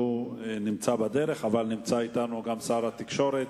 שנמצא בדרך, אבל נמצא אתנו גם שר התקשורת,